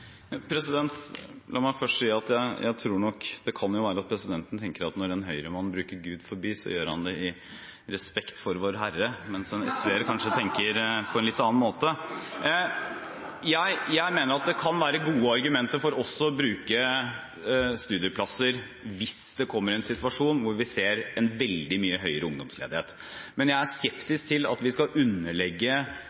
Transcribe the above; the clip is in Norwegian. La meg først si at det kan jo være slik at presidenten tenker at når en høyremann bruker ordene «Gud forby», gjør han det i respekt for Vårherre, men at en fra SV kanskje tenker på en litt annen måte. Jeg mener det kan være gode argumenter for å bruke studieplasser hvis det oppstår en situasjon hvor vi ser veldig mye høyere ungdomsledighet. Men jeg er skeptisk til å underlegge kunnskapspolitikken og prioriteringene i høyere utdanning rene konjunkturhensyn, med andre ord tenke at vi skal